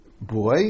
boy